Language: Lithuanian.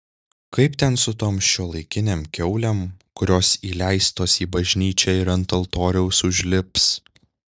kaip ten su tom šiuolaikinėm kiaulėm kurios įleistos į bažnyčią ir ant altoriaus užlips